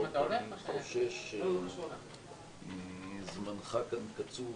אני חושש שזמנך כאן קצוב,